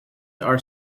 are